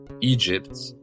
Egypt